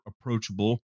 approachable